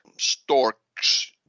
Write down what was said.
storks